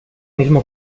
mismo